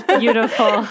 beautiful